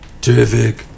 Terrific